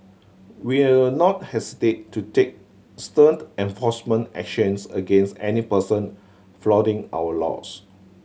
we'll not hesitate to take stern enforcement actions against any person flouting our laws